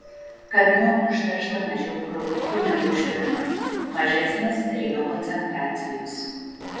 kadmiu užteršta mažiau produktų negu švinu mažesnės ir jo koncentracijos